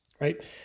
right